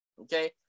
Okay